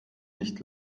nicht